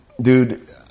Dude